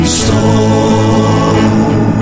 stone